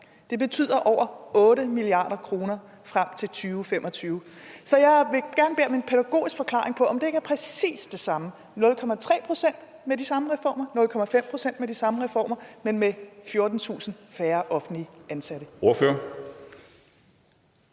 det betyder over 8 mia. kr. frem til 2025. Så jeg vil gerne bede om en pædagogisk forklaring på, at det er præcis det samme, nemlig 0,3 pct. med de samme reformer og 0,5 pct. med de samme reformer, men med 14.000 færre offentligt ansatte.